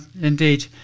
indeed